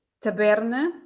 Taberna